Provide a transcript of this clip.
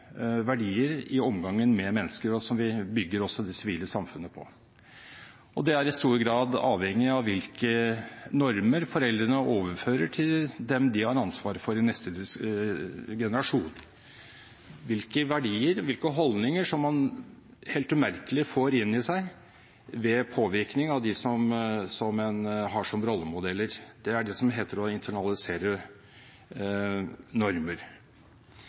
verdier i omgangen med mennesker, og som vi også bygger det sivile samfunnet på. Det er i stor grad avhengig av hvilke normer foreldrene overfører til dem de har ansvaret for av neste generasjon – hvilke verdier og hvilke holdninger som man helt umerkelig får inn ved påvirkning fra dem som er rollemodeller. Det er det som heter å internalisere normer.